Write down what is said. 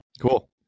Cool